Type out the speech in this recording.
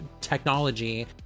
technology